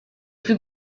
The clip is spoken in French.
plus